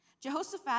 Jehoshaphat